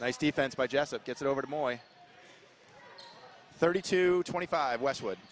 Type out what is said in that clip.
nice defense by jess it gets it over to moyo thirty two twenty five westwood